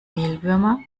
mehlwürmer